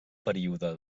període